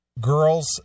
girls